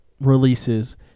releases